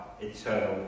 eternal